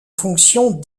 fonctions